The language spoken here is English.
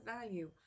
value